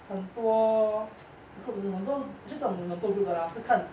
很多 groups 的很多这种很多 groups 的 lah 是看